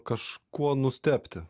kažkuo nustebti